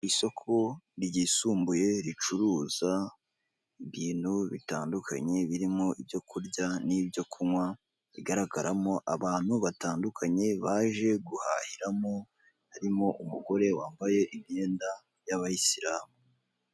Isoko ryisumbuye ricuruza ibintu bitandukanye birimo ibyo kurya n'ibyo kunywa, rigaragaramo abantu batandukanye baje guhahiramo, harimo umugore wambaye imyenda y'abayisilamu.